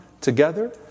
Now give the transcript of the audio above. together